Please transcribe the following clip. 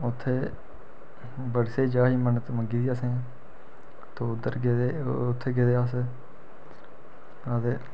उत्थें बड़ी स्हेई जगह् ही मन्नत मंगी दी असें ते उद्धर गेदे हे उत्थें गेदे हे अस हां ते